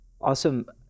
awesome